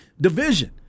division